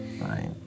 Right